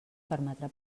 permetrà